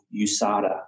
USADA